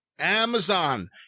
amazon